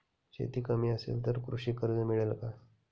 शेती कमी असेल तर कृषी कर्ज मिळेल का?